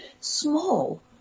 small